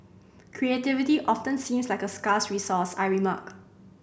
creativity often seems like a scarce resource I remark